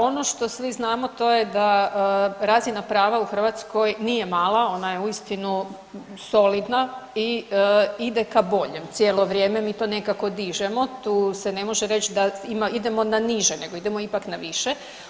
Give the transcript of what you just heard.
Ono što svi znamo to je da razina prava u Hrvatskoj nije mala, ona je uistinu solidna i ide ka boljem, cijelo vrijeme mi to nekako dižemo, tu se ne može reć da idemo na niže nego idemo ipak na više.